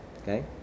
Okay